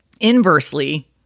Inversely